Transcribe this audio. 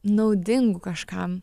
naudingu kažkam